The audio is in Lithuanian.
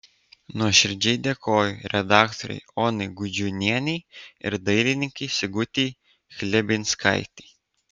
nuoširdžiai dėkoju redaktorei onai gudžiūnienei ir dailininkei sigutei chlebinskaitei